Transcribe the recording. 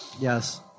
Yes